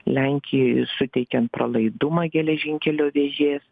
lenkijai suteikiant pralaidumą geležinkelio vėžės